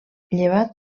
llevat